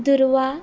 दुर्वा